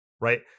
right